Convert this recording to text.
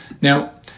Now